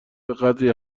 بهقدری